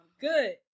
good